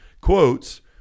quotes